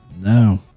No